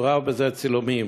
מצורפים בזה צילומים.